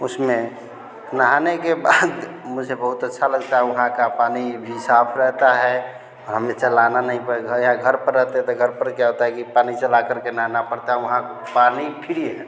उसमें नहाने के बाद मुझे बहुत अच्छा लगता वहाँ का पानी भी साफ रहता है हमें चलाना नहीं पड़ता या घर पर रहते तो घर पर क्या होता कि पानी चला करके नहाना पड़ता है वहाँ पानी फिरि है